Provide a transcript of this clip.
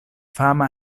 fama